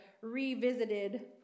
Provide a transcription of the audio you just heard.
revisited